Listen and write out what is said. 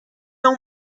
اون